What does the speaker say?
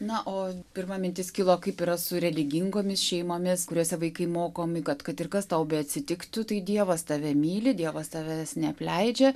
na o pirma mintis kilo kaip yra su religingomis šeimomis kuriose vaikai mokomi kad kad ir kas tau beatsitiktų tai dievas tave myli dievas tavęs neapleidžia